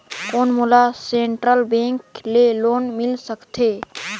कौन मोला central bank ले लोन मिल सकथे?